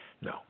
No